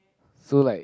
so like